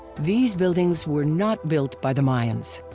these buildings were not built by the mayans.